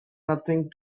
nothing